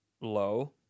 low